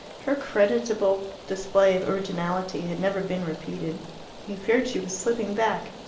her creditable display of originality had never been repeated he feared she was slipping back.